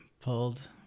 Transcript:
pulled